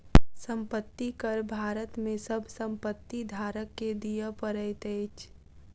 संपत्ति कर भारत में सभ संपत्ति धारक के दिअ पड़ैत अछि